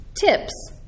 tips